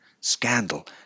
scandal